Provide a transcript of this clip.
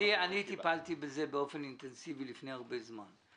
אני טיפלתי בזה באופן אינטנסיבי לפני הרבה זמן.